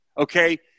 Okay